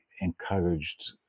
encouraged